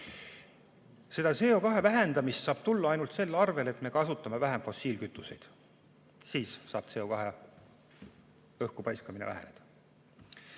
CO2vähendamine saab tulla ainult selle arvel, et me kasutame vähem fossiilkütuseid. Ainult siis saab CO2õhku paiskamine väheneda.